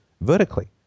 vertically